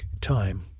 time